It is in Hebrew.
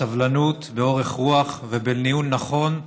בסבלנות, באורך רוח ובניהול נכון,